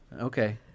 Okay